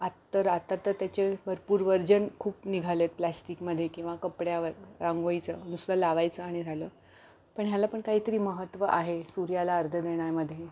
आत् तर आता तर त्याचे भरपूर वर्जन खूप निघालेत प्लास्टिकमध्ये किंवा कपड्यावर रांगोळीचं नुसतं लावायचं आणि झालं पण ह्याला पण काहीतरी महत्व आहे सूर्याला अर्ध्य देण्यामध्ये